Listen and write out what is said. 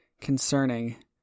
concerning